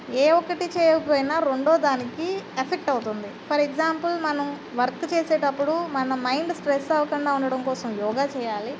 ఏ ఒక్కటి చేయకపోయినా రెండో దానికి ఎఫెక్ట్ అవుతుంది ఫర్ ఎగ్జాంపుల్ మనం వర్క్ చేసేటప్పుడు మన మైండ్ స్ట్రెస్ అవ్వకుండా ఉండడంకోసం యోగా చేయాలి